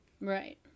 Right